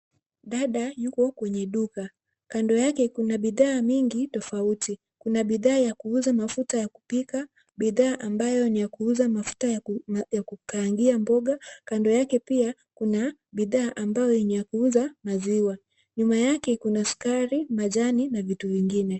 Dada yuko kwenye duka. Kando yake kuna bidhaa mingi tofauti. Kuna bidhaa ya kuuza mafuta ya kupika, bidhaa ambayo ni ya kuuza mafuta ya kukaangia mboga. Kando yake pia kuna bidhaa ambayo ni ya kuuza maziwa. Nyuma yake kuna sukari, majani na vitu vingine.